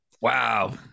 Wow